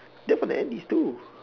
they are from the Andes too